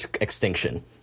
extinction